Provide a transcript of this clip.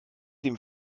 dem